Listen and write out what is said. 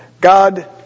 God